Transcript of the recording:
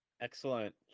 excellent